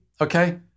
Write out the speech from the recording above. okay